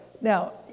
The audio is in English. now